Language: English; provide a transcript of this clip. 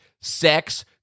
sex